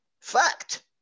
fact